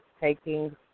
taking